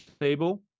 table